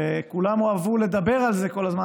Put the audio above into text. וכולם אהבו לדבר על זה כל הזמן,